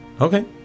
Okay